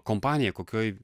kompanija kokioj